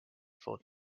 for